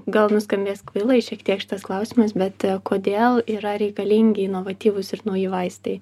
gal nuskambės kvailai šiek tiek šitas klausimas bet kodėl yra reikalingi inovatyvūs ir nauji vaistai